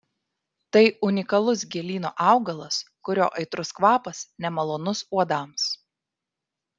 tai unikalus gėlyno augalas kurio aitrus kvapas nemalonus uodams